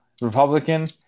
republican